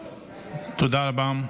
תודה רבה.